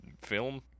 film